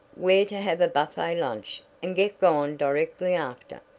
we're to have a buffet lunch, and get gone directly after.